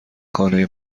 خانه